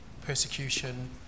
persecution